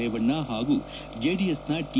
ರೇವಣ್ಣ ಹಾಗೂ ಜೆಡಿಎಸ್ನ ಟಿ